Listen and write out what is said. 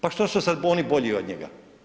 Pa što su sada oni bolji od njega?